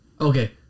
Okay